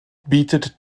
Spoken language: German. bietet